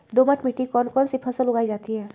दोमट मिट्टी कौन कौन सी फसलें उगाई जाती है?